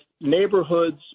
neighborhoods